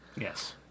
Yes